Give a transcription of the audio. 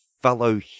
fellow